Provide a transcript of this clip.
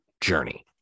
journey